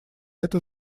это